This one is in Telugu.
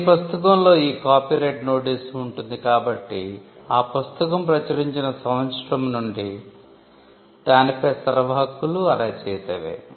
ప్రతీ పుస్తకంలో ఈ కాపీరైట్ నోటీసు ఉంటుంది కాబట్టి ఆ పుస్తకం ప్రచురించిన సంవత్సరం నుండి దానిపై సర్వహక్కులు ఆ రచయితవే